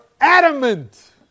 adamant